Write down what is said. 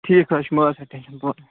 ٹھیٖک حظ چھُ مہٕ حظ ہےٚ ٹینٛشَن بہٕ